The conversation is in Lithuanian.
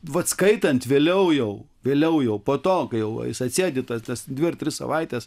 vat skaitant vėliau jau vėliau jau po to kai jis atsėdi tas tas dvi ar tris savaites